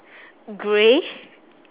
grey